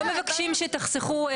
אנחנו לא מבקשים שתחסכו.